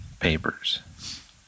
papers